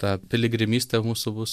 ta piligrimystė mūsų bus